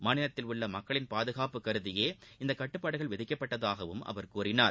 மாநிலத்தில் உள்ள மக்களின் பாதுகாப்பு கருதியே இந்த கட்டுப்பாடுகள் விதிக்கப்பட்டதாகவும் அவர் கூறினார்